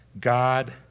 God